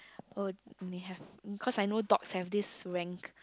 oh may have cause I know dogs have this rank